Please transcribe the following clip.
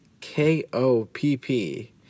K-O-P-P